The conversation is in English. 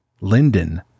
Linden